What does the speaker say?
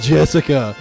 Jessica